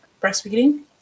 breastfeeding